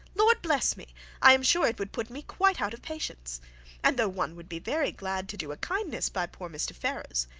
lord bless me i am sure it would put me quite out of patience and though one would be very glad to do a kindness by poor mr. ferrars,